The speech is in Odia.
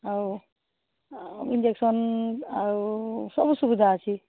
ଆଉ ଇଞ୍ଜେକ୍ସନ ଆଉ ସବୁ ସୁବିଧା ଅଛି